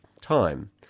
time